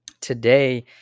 Today